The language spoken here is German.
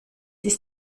ist